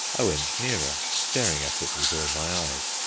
i went nearer, staring at it with all my eyes,